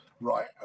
right